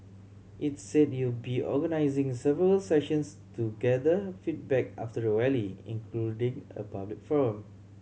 it said it will be organising several sessions to gather feedback after the Rally including a public forum